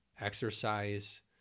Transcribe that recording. exercise